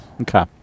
Okay